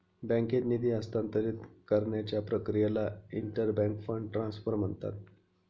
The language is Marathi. बँकेत निधी हस्तांतरित करण्याच्या प्रक्रियेला इंटर बँक फंड ट्रान्सफर म्हणतात